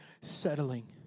settling